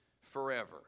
forever